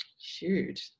Shoot